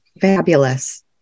fabulous